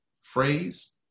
phrase